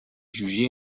jugé